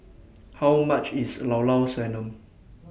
How much IS Llao Llao Sanum